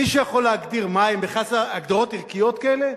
מישהו יכול להגדיר מהם, הגדרות ערכיות כאלה?